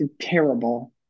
terrible